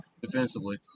defensively